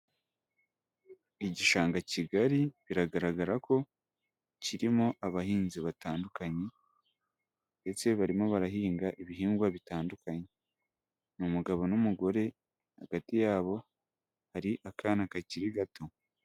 Igishanga kigari biragaragara ko kirimo abahinzi batandukanye ndetse barimo barahinga ibihingwa bitandukanye, ni umugabo n'umugore hagati yabo hari akana kakiri gato.